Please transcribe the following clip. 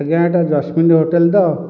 ଆଜ୍ଞା ଏହିଟା Jasmine hotel ତ